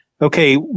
Okay